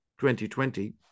2020